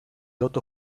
lot